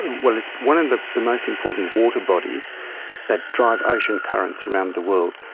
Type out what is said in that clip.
well, it's one of the the most important water bodies that drive ocean currents around the world,